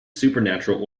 supernatural